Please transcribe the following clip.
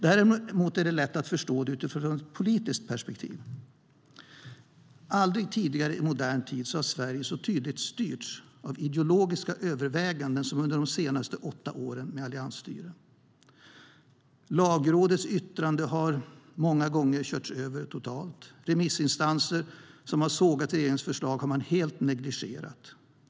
Däremot är det lätt att förstå det utifrån ett politiskt perspektiv. Aldrig tidigare i modern tid har Sverige så tydligt styrts av ideologiska överväganden som under de senaste åtta åren med alliansstyre. Lagrådets yttranden har många gånger körts över totalt, och remissinstanser som har sågat regeringens förslag har negligerats helt.